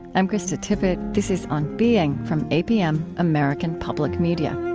i'm krista tippett. this is on being, from apm, american public media